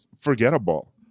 forgettable